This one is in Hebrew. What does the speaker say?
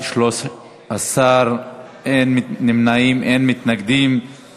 ההצעה להעביר את